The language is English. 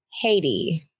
Haiti